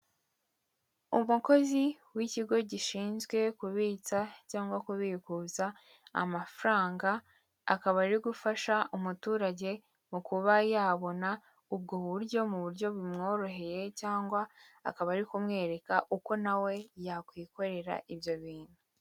Umukozi w'ikigo gishinzwe kubitsa cyangwa kubikuza amafaranga, akaba ari gufasha umuturage mu kuba yabona ubwo buryo mu buryo bumworoheye cyangwa akaba ari kumwereka uko na we yakwikorera ibyo bintu.